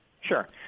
Sure